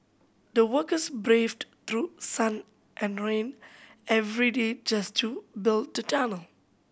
the workers braved through sun and rain every day just to build the tunnel